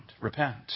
repent